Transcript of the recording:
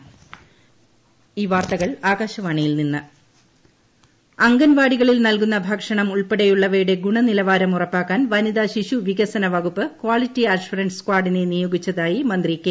quality assurance squad അംഗൻവാടികളിൽ നൽകുന്ന ഭക്ഷണം ഉൾപ്പെടെയുള്ളവയുടെ ഗുണനിലവാരം ഉറപ്പാക്കാൻ വനിത ശിശുവികസന്വകുപ്പ് ക്വാളിറ്റി അഷ്വറൻസ് സ്ക്വാഡിനെ നിയോഗിച്ചതായി മന്ത്രി കെ